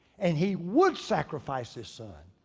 and he would sacrifice his son,